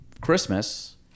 Christmas